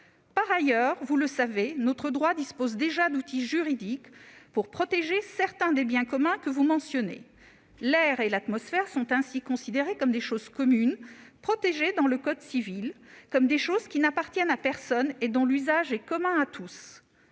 Par ailleurs, vous le savez, nous disposons déjà d'outils juridiques pour protéger certains des biens communs que vous mentionnez. L'air et l'atmosphère sont ainsi considérés comme des choses communes, protégées dans le code civil comme des choses qui n'appartiennent à personne et dont l'usage est commun à tous.